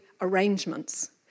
arrangements